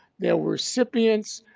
the ah recipients,